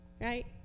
Right